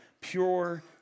pure